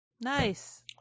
Nice